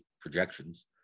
projections